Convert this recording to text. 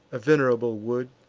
a venerable wood